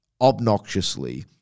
obnoxiously